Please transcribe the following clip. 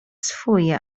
swój